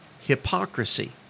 hypocrisy